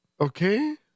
Okay